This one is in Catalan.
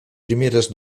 primeres